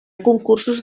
concursos